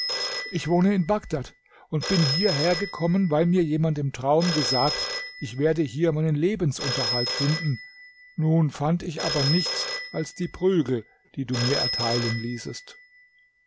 ich wohne in bagdad und bin hierher gekommen weil mir jemand im traum gesagt ich werde hier meinen lebensunterhalt finden nun fand ich aber nichts als die prügel die du mir erteilen ließest